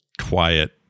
quiet